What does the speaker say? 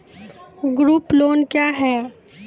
Group loan क्या है?